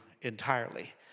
entirely